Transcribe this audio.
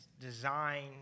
design